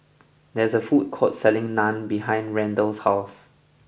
there is a food court selling Naan behind Randall's house